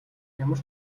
ямар